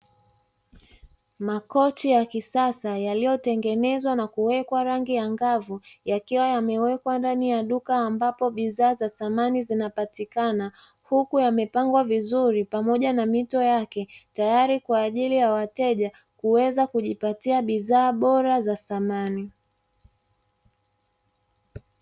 Makochi ya kisasa yaliyotengenezwa na kuwekwa rangi angavu yakiwa yamewekwa ndani ya duka ambapo bidhaa za samani zinapatikana, huku yamepangwa vizuri pamoja na mito yake tayari kwa ajili ya wateja kuweza kujipatia bidhaa bora za samani.